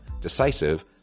decisive